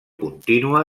contínua